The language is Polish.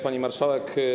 Pani Marszałek!